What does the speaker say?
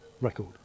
record